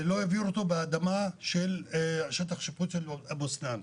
העבירו אותו באדמה של השטח שיפוט של אבו סנאן.